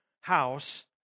house